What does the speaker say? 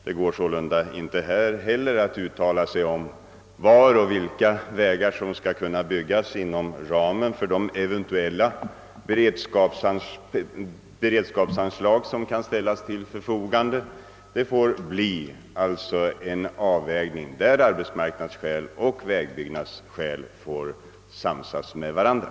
Det går sålunda inte här heller att uttala sig om vilka vägar som skall kunna byggas inom ramen för de eventuella beredskapsanslag som kan ställas till förfogande. Det får bli en avvägning där arbetsmarknadsskäl och vägbyggnadsskäl får samsas med varandra.